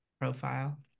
profile